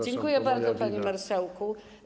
Dziękuję bardzo, panie marszałku.